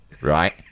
right